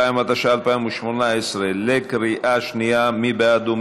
82), התשע"ח 2018. מי בעד?